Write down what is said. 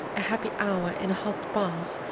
a happy hour in a hot bath,